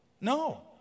No